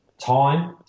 time